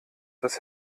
das